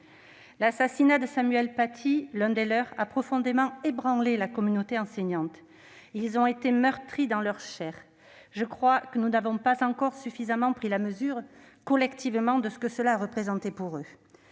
L'assassinat de Samuel Paty, l'un des siens, a profondément ébranlé la communauté enseignante, dont les membres ont été meurtris dans leur chair. Je crois que nous n'avons pas encore suffisamment pris la mesure, collectivement, de ce que cela a représenté pour eux.